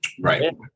right